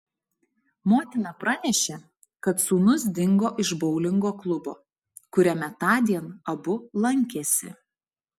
motina pranešė kad sūnus dingo iš boulingo klubo kuriame tądien abu lankėsi